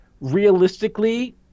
realistically